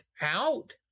out